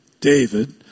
David